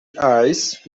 ice